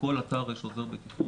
בכל אתר יש עוזר בטיחות.